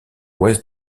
ouest